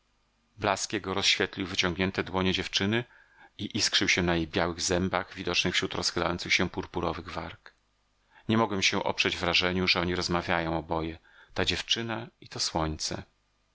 jego rozświetlił wyciągnięte dłonie dziewczyny i iskrzył się na jej białych zębach widocznych wśród rozchylających się purpurowych warg nie mogłem się oprzeć wrażeniu że oni rozmawiają oboje ta dziewczyna i to słońce